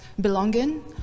belonging